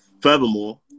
furthermore